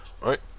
right